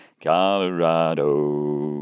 Colorado